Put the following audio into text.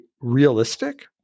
realistic